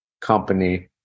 company